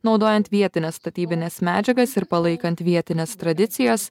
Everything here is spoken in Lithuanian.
naudojant vietines statybines medžiagas ir palaikant vietines tradicijas